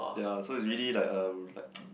ya so it's really like a like